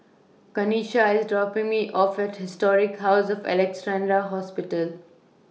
Kanisha IS dropping Me off At Historic House of Alexandra Hospital